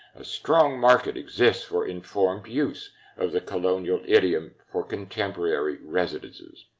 a strong market exists for informed use of the colonial idiom for contemporary residences.